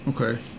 Okay